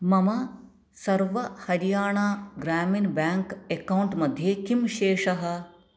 मम Sarva Haryana Gramin bank account मध्ये किं शेषः